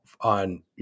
on